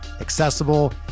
accessible